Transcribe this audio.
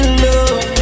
love